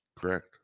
Correct